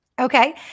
Okay